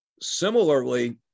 Similarly